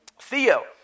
Theo